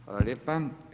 Hvala lijepa.